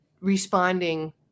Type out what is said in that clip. responding